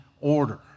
order